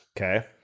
Okay